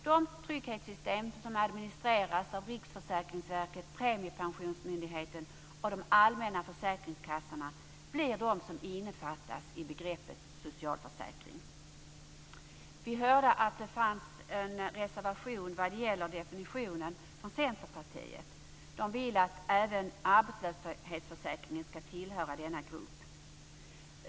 De trygghetssystem som administreras av Riksförsäkringsverket, Premiepensionsmyndigheten och de allmänna försäkringskassorna blir de som innefattas i begreppet socialförsäkring. Som vi fått höra finns det en reservation från Centerpartiet vad gäller definitionen. Man vill att även arbetslöshetsförsäkringen ska tillhöra denna grupp.